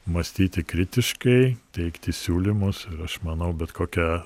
mąstyti kritiškai teikti siūlymus ir aš manau bet kokia